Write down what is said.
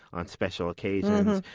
on special occasions,